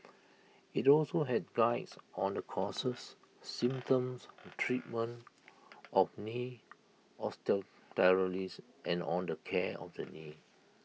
IT also had Guides on the causes symptoms treatment of knee osteoarthritis and on the care of the knee